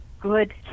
good